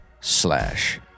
slash